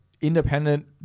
independent